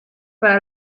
para